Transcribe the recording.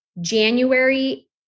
January